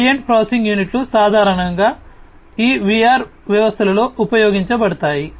high end processing యూనిట్లు సాధారణంగా ఈ VR వ్యవస్థలలో ఉపయోగించబడతాయి